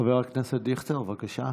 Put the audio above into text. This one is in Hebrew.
חבר הכנסת דיכטר, בבקשה.